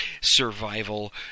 Survival